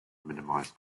minimize